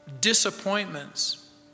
disappointments